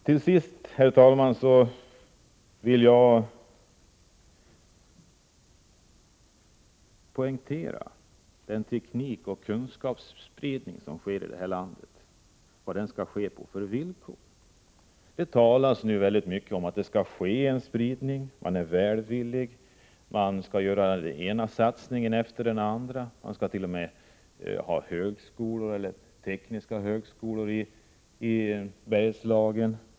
Till sist, herr talman, vill jag poängtera den teknik och kunskapsspridning som sker i detta land. Vad skall den ske på för villkor? Det talas mycket om att det skall ske en spridning. Man är välvillig. Man vill göra den ena satsningen efter den andra. Det föreslås t.o.m. en teknisk högskola i Bergslagen.